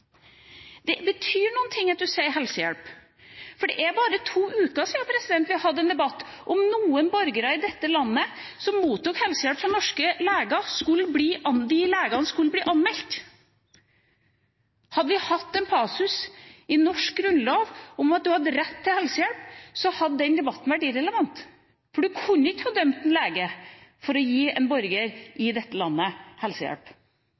Det betyr noe at man sier helsehjelp, for det er bare to uker siden vi hadde en debatt om noen borgere i dette landet som mottok helsehjelp fra norske leger, og om de legene skulle bli anmeldt. Hadde vi hatt en passus i den norske Grunnloven om at man hadde rett til helsehjelp, hadde den debatten vært irrelevant, for da kunne man ikke ha dømt en lege for å gi en borger i dette landet helsehjelp.